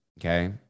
okay